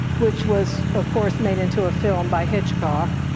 which was of course made into a film by hitchcock,